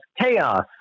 chaos